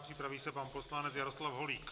Připraví se pan poslanec Jaroslav Holík.